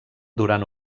durant